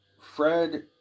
Fred